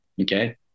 Okay